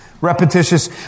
Repetitious